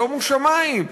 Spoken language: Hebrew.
שומו שמים,